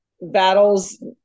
battles